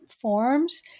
forms